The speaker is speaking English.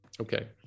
Okay